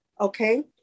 Okay